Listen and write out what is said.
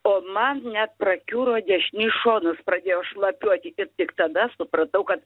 o man net prakiuro dešinys šonas pradėjo šlapiuoti tik tada supratau kad